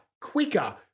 quicker